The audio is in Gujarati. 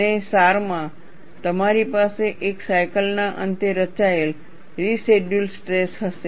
અને સારમાં તમારી પાસે એક સાયકલના અંતે રચાયેલ રેસિડયૂઅલ સ્ટ્રેસ હશે